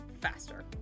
faster